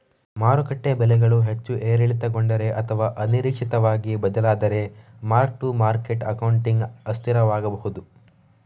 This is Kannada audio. ಮಾರುಕಟ್ಟೆ ಬೆಲೆಗಳು ಹೆಚ್ಚು ಏರಿಳಿತಗೊಂಡರೆ ಅಥವಾ ಅನಿರೀಕ್ಷಿತವಾಗಿ ಬದಲಾದರೆ ಮಾರ್ಕ್ ಟು ಮಾರ್ಕೆಟ್ ಅಕೌಂಟಿಂಗ್ ಅಸ್ಥಿರವಾಗಬಹುದು